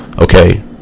Okay